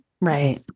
right